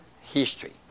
history